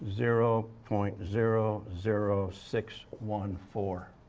zero point zero zero six one four.